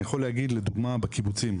אני יכול להגיד לדוגמה בקיבוצים,